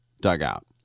dugout